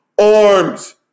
arms